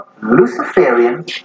Luciferian